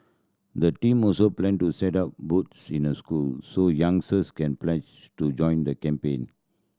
the team also plan to set up booths in the schools so young can pledge to join the campaign